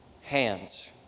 hands